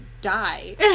die